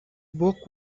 book